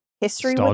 history